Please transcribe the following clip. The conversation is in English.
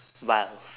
vilf